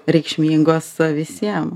reikšmingos visiem